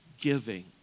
giving